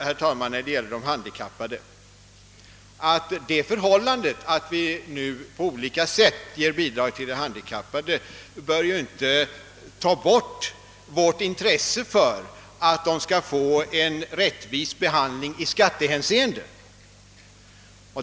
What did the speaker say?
Det förhållandet, herr talman, att vi nu på olika sätt ger bidrag till de handikappade bör inte minska vårt intresse för att de skall få en rättvis behandling i skattehänseende.